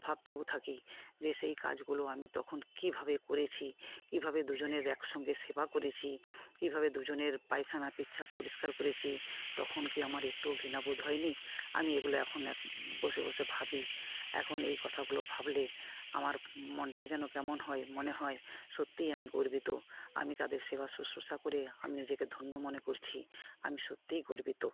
ভাবতেও থাকে যে সে কাজগুলো আমি তখন কিভাবে করেছি কিভাবে দুজনের একসঙ্গে সেবা করেছি কিভাবে দুজনের পায়খানা পেচ্ছাপ পরিষ্কার করেছি তখন কি আমার একটুও ঘৃনা বোধ হয় নি আমি এগুলো এখন এখন বসে বসে ভাবি এখন এই কথাগুলো ভাবলে আমার মনটা যেন কেমন হয়ে মনে হয় সত্যিই আমি গর্বিত আমি তাদের সেবা শুশ্রূষা করে আমি নিজেকে ধন্য মনে করছি আমি সত্যিই গর্বিত